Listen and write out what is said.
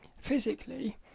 physically